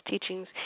teachings